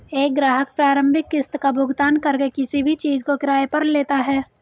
एक ग्राहक प्रारंभिक किस्त का भुगतान करके किसी भी चीज़ को किराये पर लेता है